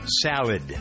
salad